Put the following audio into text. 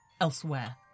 elsewhere